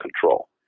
control